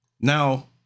Now